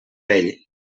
vell